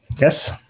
yes